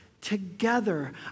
together